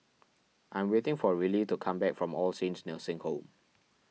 I am waiting for Rillie to come back from All Saints Nursing Home